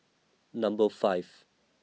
Number five